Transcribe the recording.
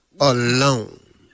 alone